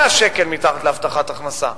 100 שקל מתחת להבטחת הכנסה.